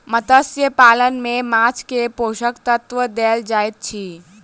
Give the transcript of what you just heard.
मत्स्य पालन में माँछ के पोषक तत्व देल जाइत अछि